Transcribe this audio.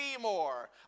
more